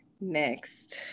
Next